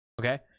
Okay